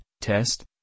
test